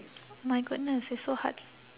my goodness it's so hard